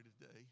today